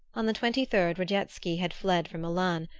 on the twenty-third radetsky had fled from milan,